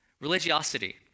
Religiosity